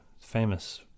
famous